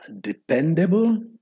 dependable